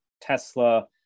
Tesla